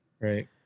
Right